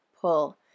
pull